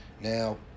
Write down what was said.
Now